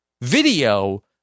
video